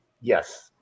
Yes